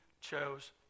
chose